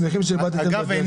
אגב,